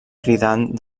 cridant